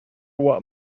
what